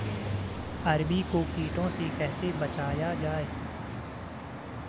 अरबी को कीटों से कैसे बचाया जाए?